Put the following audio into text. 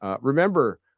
Remember